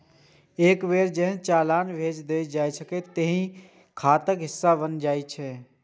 एक बेर जहन चालान भेज देल जाइ छै, ते ई खाताक हिस्सा बनि जाइ छै